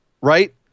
Right